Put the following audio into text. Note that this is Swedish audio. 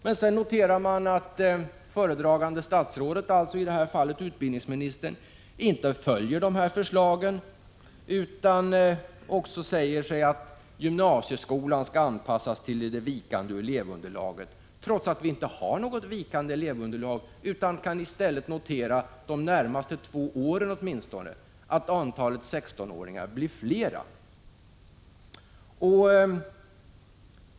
Sedan noterar man att föredragande statsrådet, alltså i det här fallet utbildningsministern, inte följer dessa förslag. Han säger att gymnasieskolan skall anpassas till det vikande elevunderlaget, trots att vi inte har något vikande elevunderlag. I stället kan man notera att antalet 16-åringar åtminstone de närmaste två åren blir större.